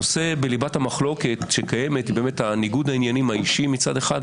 הנושא בליבת המחלוקת שקיימת היא ניגוד העניינים האישי מצד אחד,